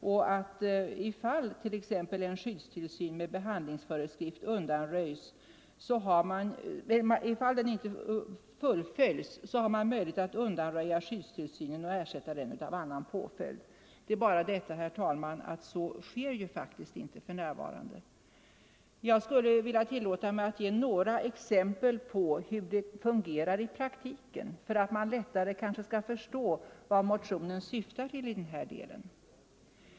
Om t.ex. skyddstillsyn med behandlingsföreskrift inte fullföljs har man möjlighet att undanröja skyddstillsynen och ersätta den med annan påföljd. Det är bara detta, herr talman, att så sker faktiskt inte för närvarande. Jag skulle vilja tillåta mig att ge några exempel på hur det fungerar i praktiken för att man lättare skall förstå vad motionen syftar till i den här delen.